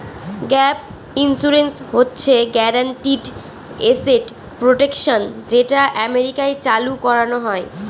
gap insurance হচ্ছে guaranteed asset protection যেটা আমেরিকায় চালু করানো হয়